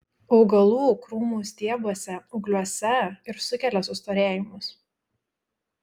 augalų krūmų stiebuose ūgliuose ir sukelia sustorėjimus